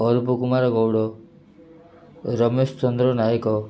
Arup Kumar Gaud Ramesh Chandra Nayak